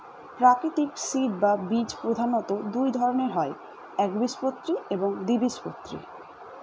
প্রাকৃতিক সিড বা বীজ প্রধানত দুই ধরনের হয় একবীজপত্রী এবং দ্বিবীজপত্রী